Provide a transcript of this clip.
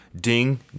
Ding